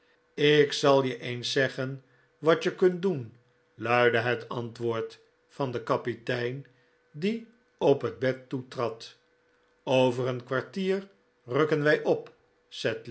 ik zal je eens zeggen wat je kunt doen luidde het antwoord van den kapitein die op het bed toetrad over een kwartier rukken wij op